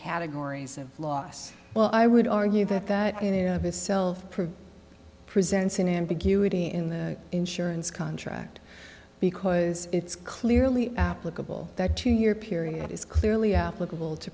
categories of loss well i would argue that that is self presents an ambiguity in the insurance contract because it's clearly applicable that two year period is clearly applicable to